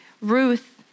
Ruth